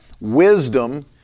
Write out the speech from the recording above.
wisdom